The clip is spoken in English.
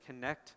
connect